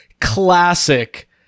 classic